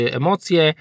emocje